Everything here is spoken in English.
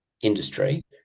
industry